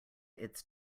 its